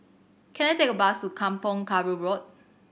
can I take a bus to Kampong Kayu Road